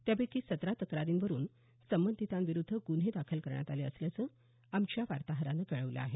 त्यापैकी सतरा तक्रारींवरून सबंधितांविरूद्ध गुन्हे दाखल करण्यात आले असल्याचं आमच्या वार्ताहरानं कळवलं आहे